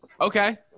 Okay